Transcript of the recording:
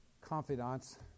confidants